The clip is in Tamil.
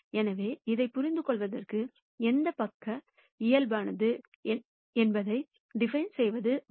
எனவே இதைப் புரிந்துகொள்வதற்கு எந்தப் பக்க இயல்பானது என்பதை டிபைன் செய்வது முக்கியம்